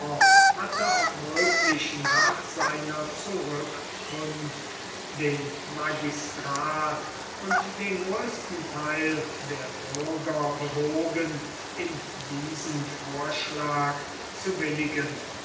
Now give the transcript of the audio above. hatte auch wirklich nach seiner zurückkunft den magistrat und den größten theil der bürger bewogen in diesen vorschlag zu willigen